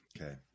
Okay